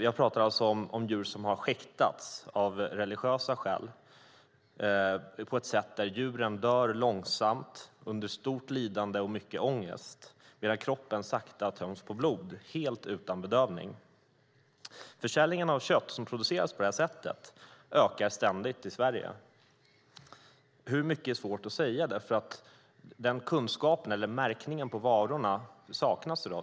Jag talar alltså om djur som har skäktats av religiösa skäl, på ett sätt där djuren dör långsamt under stort lidande och mycket ångest medan kroppen sakta töms på blod - helt utan bedövning. Försäljningen av kött som produceras på detta sätt ökar ständigt i Sverige. Hur mycket är svårt att säga, för märkningen på varorna saknas i dag.